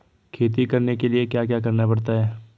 खेती करने के लिए क्या क्या करना पड़ता है?